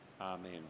amen